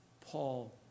Paul